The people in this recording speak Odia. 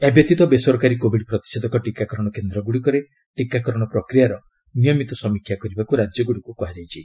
ଏହା ବ୍ୟତୀତ ବେସରକାରୀ କୋବିଡ୍ ପ୍ରତିଷେଧକ ଟିକାକରଣ କେନ୍ଦ୍ର ଗୁଡ଼ିକରେ ଟିକାକରଣ ପ୍ରକ୍ରିୟାର ନିୟମିତ ସମୀକ୍ଷା କରିବାକୁ ରାଜ୍ୟଗୁଡ଼ିକୁ କୁହାଯାଇଛି